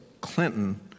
Clinton